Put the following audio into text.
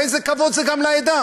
ואיזה כבוד זה גם לעדה,